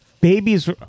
Babies